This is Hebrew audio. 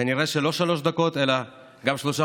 כנראה שלא שלוש דקות אלא גם שלושה